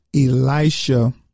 Elisha